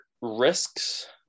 risks